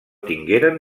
tingueren